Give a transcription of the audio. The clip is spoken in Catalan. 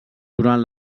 durant